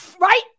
Right